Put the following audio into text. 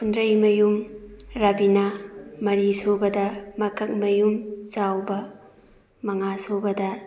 ꯐꯨꯟꯗ꯭ꯔꯩꯃꯌꯨꯝ ꯔꯥꯕꯤꯅꯥ ꯃꯔꯤꯁꯨꯕꯗ ꯃꯀꯛꯃꯌꯨꯝ ꯆꯥꯎꯕ ꯃꯉꯥꯁꯨꯕꯗ